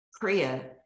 kriya